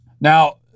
Now